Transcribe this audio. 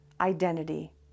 identity